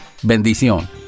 Bendición